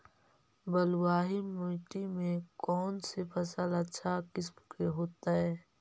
बलुआही मिट्टी में कौन से फसल अच्छा किस्म के होतै?